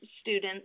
students